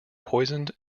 poisoned